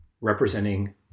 representing